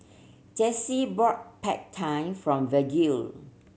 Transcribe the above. Jessee bought Pad Thai from Vergil